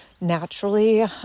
naturally